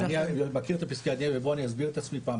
אני מכיר את פסקי הדין ובואי אני אסביר את עצמי פעם